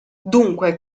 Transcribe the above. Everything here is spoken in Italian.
dunque